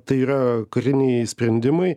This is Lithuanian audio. tai yra kariniai sprendimai